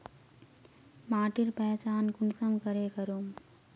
माटिर पहचान कुंसम करे करूम?